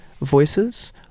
voices